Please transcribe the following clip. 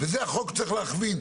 בזה החוק צריך להכווין,